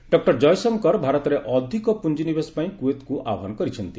doctor Jaishankar ଭାରତରେ ଅଧିକ ପୁଞ୍ଜିନିବେଶ ପାଇଁ କୁଏତ୍କୁ ଆହ୍ୱାନ କରିଛନ୍ତି